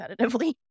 competitively